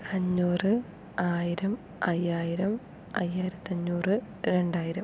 അഞ്ഞൂറ് ആയിരം അയ്യായിരം അയ്യായിരത്തി അഞ്ഞൂറ് രണ്ടായിരം